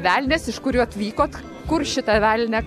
velnias iš kurių atvykote kur šitą velnią